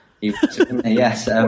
Yes